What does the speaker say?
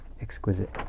exquisite